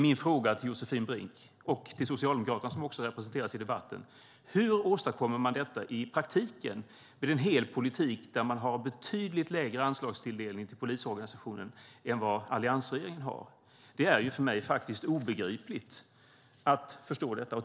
Min fråga till Josefin Brink och Socialdemokraterna, som också representeras i debatten, är: Hur åstadkommer man detta i praktiken med en hel politik där man har betydligt lägre anslagstilldelning till polisorganisationen än alliansregeringen har? Det är för mig obegripligt.